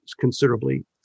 considerably